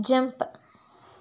jump